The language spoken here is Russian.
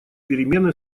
перемены